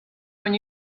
when